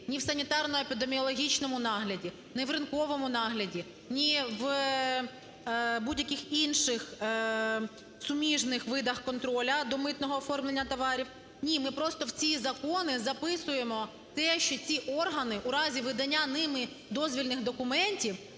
ні в санітарно-епідеміологічному нагляді, ні в ринковому нагляді, ні в будь-яких інших суміжних видах контролю до митного оформлення товарів. Ні, ми просто в ці закони записуємо те, що ці органи в разі видання ними дозвільних документів